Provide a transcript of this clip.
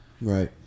right